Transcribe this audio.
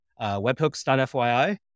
webhooks.fyi